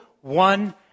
one